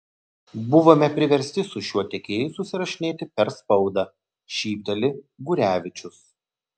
buvome priversti su šiuo tiekėju susirašinėti per spaudą šypteli gurevičius